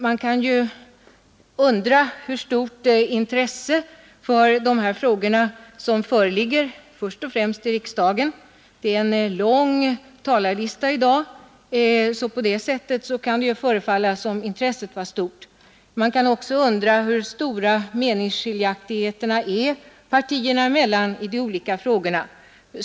Man kan ju undra hur stort intresse som föreligger för dessa frågor i först och främst riksdagen. Vi har i dag en lång talarlista, varför det kan förefalla som om intresset är stort. Man kan också undra hur stora meningsskiljaktigheterna är partierna emellan i de olika frågorna.